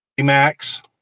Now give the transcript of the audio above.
Max